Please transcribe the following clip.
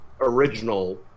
original